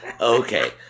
okay